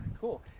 cool